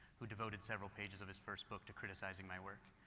who devoted several pages of his first book to criticizing my work